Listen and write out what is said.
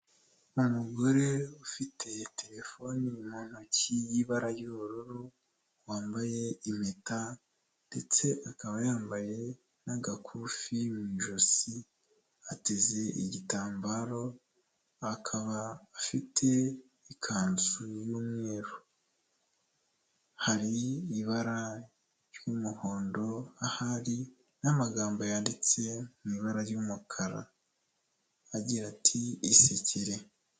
Umugore ufite terefoni mu ntoki y'ibara ry'ubururu wambaye impeta ndetse akaba yambaye n'agakufi mu ijosi, ateze igitambaro, akaba afite ikanzu y'umweru, hari ibara ry'umuhondo ahari n'amagambo yanditse mu ibara ry'umukara agira ati isekere ikiri.